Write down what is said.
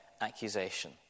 accusation